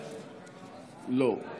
לא.